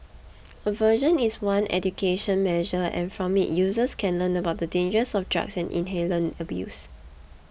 aversion is one education measure and from it users can learn about the dangers of drug and inhalant abuse